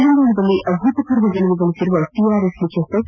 ತೆಲಂಗಾಣದಲ್ಲಿ ಅಭೂತಪೂರ್ವ ಗೆಲುವು ಗಳಿಸಿರುವ ಟಿಆರ್ಎಸ್ ಮುಖ್ಯಸ್ವ ಕೆ